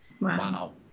Wow